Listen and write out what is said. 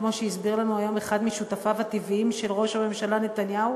כמו שהסביר לנו היום אחד משותפיו הטבעיים של ראש הממשלה נתניהו,